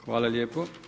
Hvala lijepo.